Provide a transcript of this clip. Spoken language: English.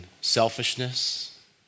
selfishness